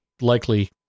likely